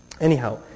Anyhow